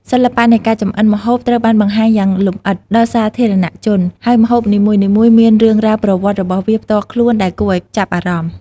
សិល្បៈនៃការចម្អិនម្ហូបត្រូវបានបង្ហាញយ៉ាងលម្អិតដល់សាធារណជន ហើយម្ហូបនីមួយៗមានរឿងរ៉ាវប្រវត្តិរបស់វាផ្ទាល់ខ្លួនដែលគួរឲ្យចាប់អារម្មណ៍។